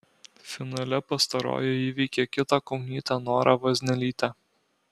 finale pastaroji įveikė kitą kaunietę norą vaznelytę